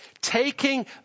Taking